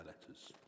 letters